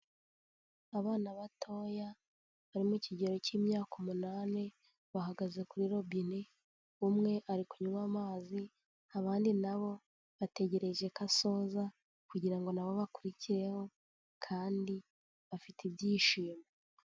Abana batoya bari mu ikigero k'imyaka umunani, bahagaze kuri robine, umwe ari kunywa amazi abandi nabo bategereje ko asoza kugira ngo nabo bakurikireho kandi bafite ibyishimo.